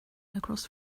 across